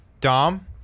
Dom